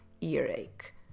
earache